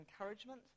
encouragement